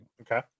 Okay